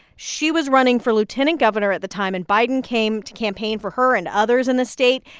she was running for lieutenant governor at the time, and biden came to campaign for her and others in the state.